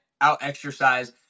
out-exercise